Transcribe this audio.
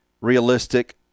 realistic